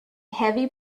heavy